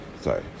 Sorry